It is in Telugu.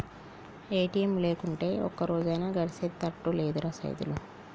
ఏ.టి.ఎమ్ లేకుంటే ఒక్కరోజన్నా గడిసెతట్టు లేదురా సైదులు